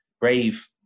brave